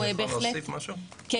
יש